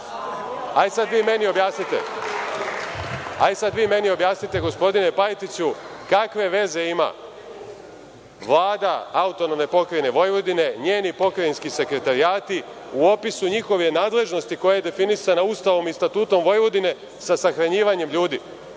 sada vi meni objasnite, gospodine Pajtiću, kakve veze ima Vlada AP Vojvodine, njeni pokrajinski sekretarijati, u opisu njihove nadležnosti koja je definisana Ustavom i Statutom Vojvodine, sa sahranjivanjem ljudi?